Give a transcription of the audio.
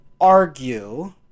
argue